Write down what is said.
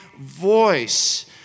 voice